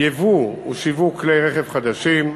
ייבוא ושיווק כלי רכב חדשים,